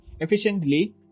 Efficiently